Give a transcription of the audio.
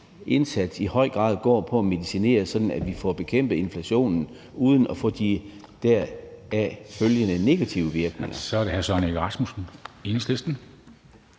indsats i høj grad går på at medicinere, sådan at vi får bekæmpet inflationen uden at få de deraf følgende negative virkninger.